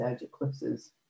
eclipses